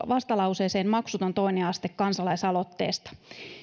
vastalauseeseen maksuton toinen aste kansalaisaloitteesta